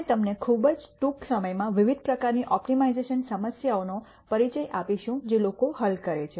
અમે તમને ખૂબ જ ટૂંક સમયમાં વિવિધ પ્રકારની ઓપ્ટિમાઇઝેશન સમસ્યાઓનો પરિચય આપીશું જે લોકો હલ કરે છે